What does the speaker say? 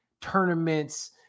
tournaments